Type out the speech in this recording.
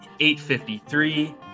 853